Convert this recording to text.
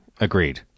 Agreed